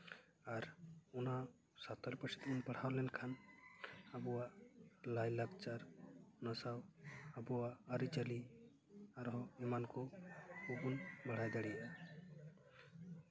ᱟᱨ ᱚᱱᱟ ᱥᱟᱱᱛᱟᱲᱤ ᱯᱟᱹᱨᱥᱤ ᱛᱮᱵᱚᱱ ᱯᱟᱲᱦᱟᱣ ᱞᱮᱱᱠᱷᱟᱱ ᱟᱵᱚᱣᱟᱜ ᱞᱟᱭᱼᱞᱟᱠᱪᱟᱨ ᱚᱱᱟ ᱥᱟᱶ ᱟᱵᱚᱣᱟᱜ ᱟᱹᱨᱤᱪᱟᱹᱞᱤ ᱟᱨᱦᱚᱸ ᱮᱢᱟᱱ ᱠᱚ ᱠᱚᱵᱚᱱ ᱵᱟᱲᱟᱭ ᱫᱟᱲᱮᱭᱟᱜᱼᱟ